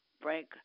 Frank